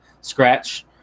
Scratch